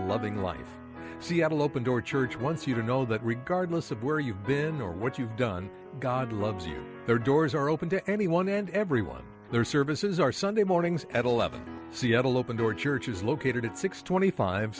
loving life seattle open door church wants you to know that regardless of where you've been or what you've done god loves you there doors are open to anyone and everyone their services are sunday mornings at eleven seattle open door church is located at six twenty five